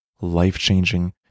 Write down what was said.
life-changing